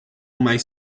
mais